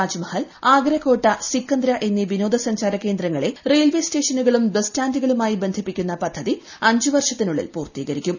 താജ്മഹൽ ആഗ്ര കോട്ടു സികന്ദ്ര എന്നീ വിനോദസഞ്ചാര കേന്ദ്രങ്ങളെ റെയിൽവേ സ്റ്റേഷനുകളും ബസ് സ്റ്റാൻഡുകളുമായി ബന്ധിപ്പിക്കുന്ന പദ്ധതി അഞ്ച് വർഷത്തിനുള്ളിൽ പൂർത്തീകരിക്കും